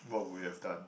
what we have done